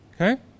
Okay